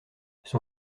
son